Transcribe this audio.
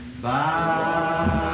Bye